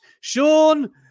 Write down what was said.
Sean